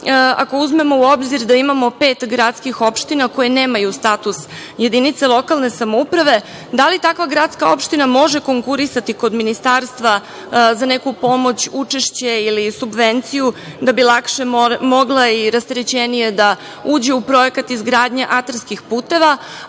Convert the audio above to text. ako uzmemo u obzir da imamo pet gradskih opština koje nemaju status jedinice lokalne samouprave, da li takva gradska opština može konkurisati kod Ministarstva za neku pomoć, učešće ili subvenciju da bi lakše mogla i rasterećenije da uđe u projekat izgradnje atarskih puteva?